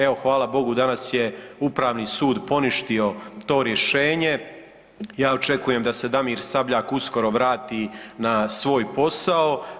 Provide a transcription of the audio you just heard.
Evo, hvala Bogu danas je Upravni sud poništio to rješenje, ja očekujem da se Damir Sabljak uskoro vrati na svoj posao.